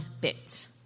bit